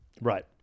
right